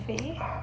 ah